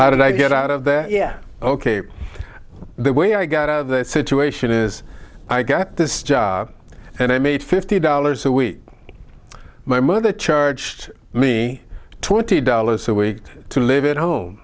how did i get out of there ok the way i got out of the situation is i got this job and i made fifty dollars a week my mother charged me twenty dollars a week to live at home